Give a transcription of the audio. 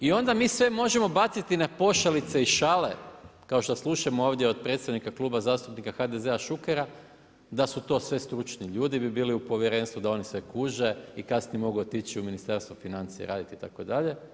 I onda mi sve možemo baciti na pošalice i šale, kao što slušamo ovdje od predstavnika Kluba zastupnika HDZ, Šukera, da su to sve stručni ljudi, bi bili u povjerenstvu, da oni sve kuže i kasnije mogu otići u Ministarstvo financija raditi itd.